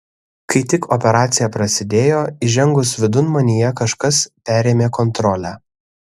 kai tik operacija prasidėjo įžengus vidun manyje kažkas perėmė kontrolę